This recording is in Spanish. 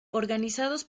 organizados